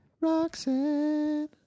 Roxanne